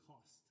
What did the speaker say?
cost